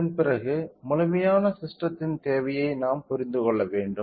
அதன் பிறகு முழுமையான சிஸ்டத்தின் தேவையை நாம் புரிந்து கொள்ள வேண்டும்